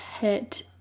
hit